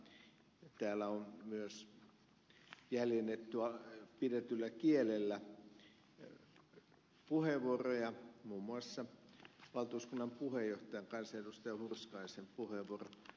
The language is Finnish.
täällä on myös jäljennetty pidetyllä kielellä puheenvuoroja muun muassa valtuuskunnan puheenjohtajan kansanedustaja hurskaisen puheenvuoro